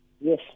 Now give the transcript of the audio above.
yes